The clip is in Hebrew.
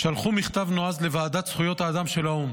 שלחו מכתב נועז לוועדת זכויות האדם של האו"ם.